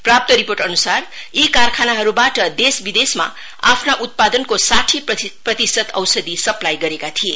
प्राप्त रिपोर्ट अनुसार यी कारखानाहरूबाट देश विदेशमा आफ्ना उत्पादनको साठी प्रतिशत औषधि सप्लाई गरेका थिए